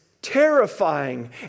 terrifying